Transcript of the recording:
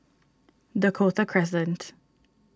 Dakota Crescent